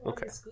Okay